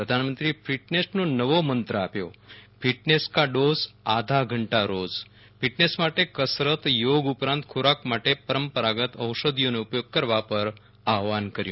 પ્રધાનમંત્રીએ ફિટનેશનો નવો મંત્ર આપ્યો ફિટનેશકા ડોઝ આધા ધંટા રોજ ફિટનેશ માટે કસરતચોગ ઉપરાંત ખોરાક માટે પરંપરાગત ઔષધિઓનો ઉપયોગ કરવા પર આહ્રવાન કર્યું